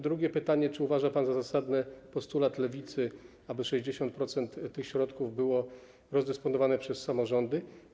Drugie pytanie: Czy uważa pan za zasadny postulat Lewicy, aby 60% tych środków było rozdysponowane przez samorządy?